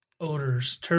odors